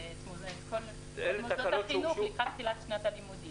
כל מוסדות החינוך לקראת תחילת שנת הלימודים.